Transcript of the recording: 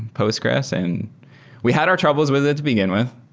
postgres and we had our troubles with it to begin with,